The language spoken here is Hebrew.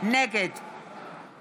נגד